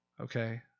Okay